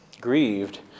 grieved